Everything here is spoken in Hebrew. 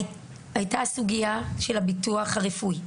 הייתה סוגיה של הביטוח הרפואי.